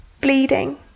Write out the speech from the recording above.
bleeding